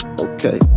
Okay